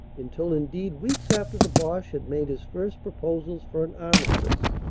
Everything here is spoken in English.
until indeed weeks after the boche had made his first proposals for an armistice.